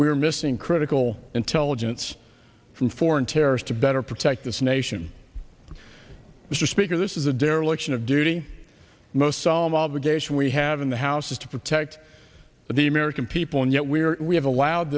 are missing critical intelligence from foreign terrorist to better protect this nation mr speaker this is a dereliction of duty most solemn obligation we have in the house is to protect the american people and yet we are we have a